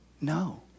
No